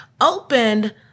opened